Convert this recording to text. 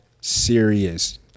serious